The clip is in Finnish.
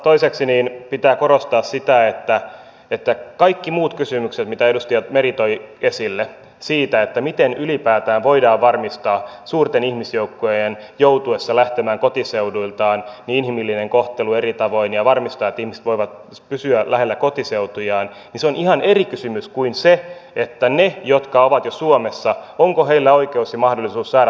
toiseksi pitää korostaa sitä että kaikki muut kysymykset mitä edustaja meri toi esille siitä miten ylipäätään voidaan varmistaa suurten ihmisjoukkojen joutuessa lähtemään kotiseuduiltaan inhimillinen kohtelu eri tavoin ja varmistaa että ihmiset voivat pysyä lähellä kotiseutujaan ovat ihan eri kysymyksiä kuin se onko heillä jotka ovat jo suomessa oikeus ja mahdollisuus saada tänne rakkaimpiaan